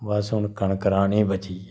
बस हुन कनक राह्ने बची ऐ